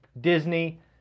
Disney